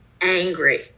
angry